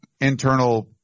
internal